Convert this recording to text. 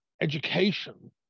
education